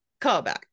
callback